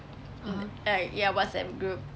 uh ya whatsapp group